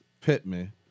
Pittman